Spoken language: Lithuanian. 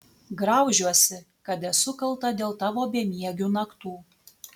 graužiuosi kad esu kalta dėl tavo bemiegių naktų